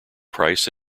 price